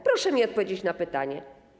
Proszę mi odpowiedzieć na pytanie.